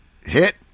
hit